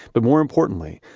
but more importantly,